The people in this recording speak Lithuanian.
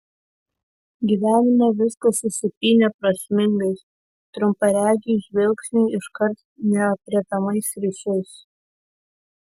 gyvenime viskas susipynę prasmingais trumparegiui žvilgsniui iškart neaprėpiamais ryšiais